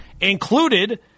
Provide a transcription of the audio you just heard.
included